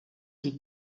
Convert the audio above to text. die